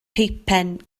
peipen